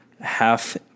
half